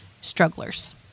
strugglers